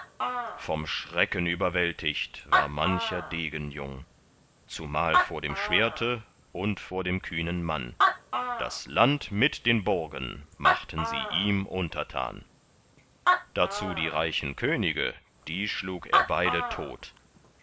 vom schrecken überwältigt war mancher degen jung zumal vor dem schwerte und vor dem kühnen mann das land mit den burgen machten sie ihm untertan dazu die reichen könige die schlug er beide tot